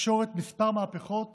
התקשורת כמה מהפכות